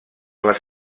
les